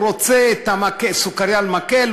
רוצה סוכרייה על מקל,